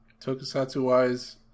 Tokusatsu-wise